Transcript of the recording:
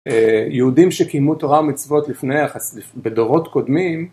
יהודים שקיימו תורה ומצוות לפני החסי... בדורות קודמים